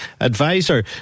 advisor